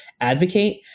advocate